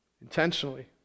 intentionally